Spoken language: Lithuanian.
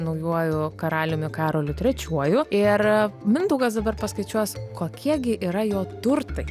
naujuoju karaliumi karoliu trečiuoju ir mindaugas dabar paskaičiuos kokie gi yra jo turtai